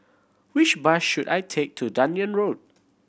which bus should I take to Dunearn Road